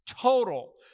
total